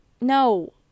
no